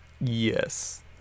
Yes